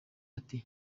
ati